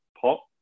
pop